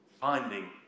finding